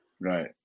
Right